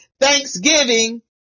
Thanksgiving